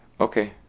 okay